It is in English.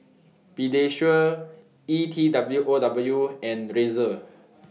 Pediasure E T W O W and Razer